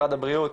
משרד הבריאות,